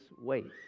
waste